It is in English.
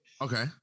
Okay